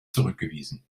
zurückgewiesen